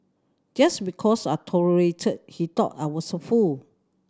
just because I tolerated he thought I was a fool